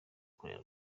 kurera